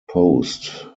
post